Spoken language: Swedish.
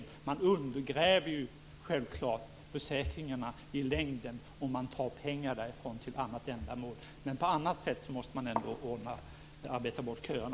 I längden undergrävs ju självfallet försäkringarna om man tar pengar därifrån till annat ändamål. Man måste arbeta bort köerna på ett annat sätt.